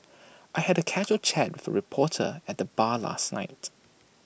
I had A casual chat for reporter at the bar last night